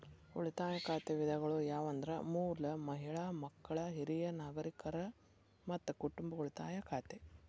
ಉಳಿತಾಯ ಖಾತೆ ವಿಧಗಳು ಯಾವಂದ್ರ ಮೂಲ, ಮಹಿಳಾ, ಮಕ್ಕಳ, ಹಿರಿಯ ನಾಗರಿಕರ, ಮತ್ತ ಕುಟುಂಬ ಉಳಿತಾಯ ಖಾತೆ